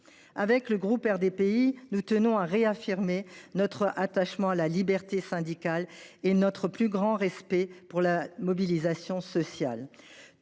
Au groupe RDPI, nous tenons à réaffirmer notre attachement à la liberté syndicale et notre plus grand respect pour la mobilisation sociale.